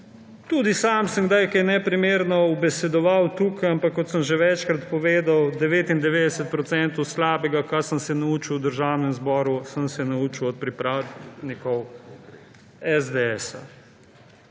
Tudi sam sem kdaj kaj neprimerno ubesedoval tukaj, ampak kot sem že večkrat povedal, 99 % slabega, kar sem se naučil v Državnem zboru, sem se naučil od pripravnikov SDS.